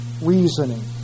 reasoning